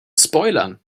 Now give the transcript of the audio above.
spoilern